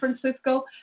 Francisco